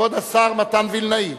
כבוד השר וילנאי.